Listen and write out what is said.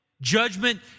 judgment